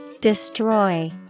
Destroy